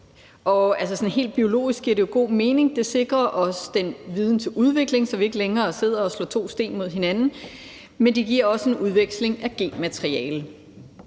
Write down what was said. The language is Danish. helt biologisk giver det jo god mening. Det sikrer os viden til udvikling, så vi ikke længere sidder og slår to sten mod hinanden, men det giver også en udveksling af genmateriale.